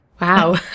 Wow